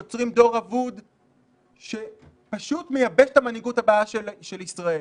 יוצרים דור אבוד שפשוט מייבש את המנהיגות הבאה של ישראל.